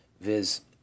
viz